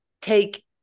take